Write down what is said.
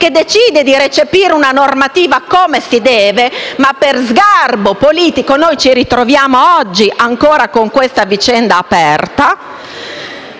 quale decide di recepire una normativa come si deve. E per sgarbo politico, ci ritroviamo ancora oggi con questa vicenda aperta.